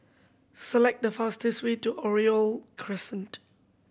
select the fastest way to Oriole Crescent